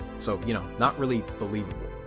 so you know not really believable.